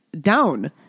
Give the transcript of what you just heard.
down